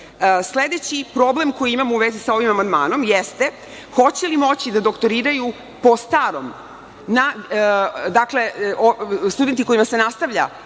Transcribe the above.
donese? Sledeći problem koji imamo u vezi sa ovim amandmanom jeste – hoće li moći da doktoriraju po starom studenti kojima se nastavlja